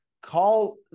call